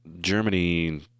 Germany